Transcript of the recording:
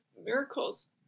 miracles